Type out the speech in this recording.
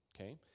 Okay